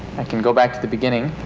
i can go back to the beginning.